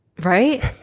Right